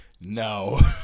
No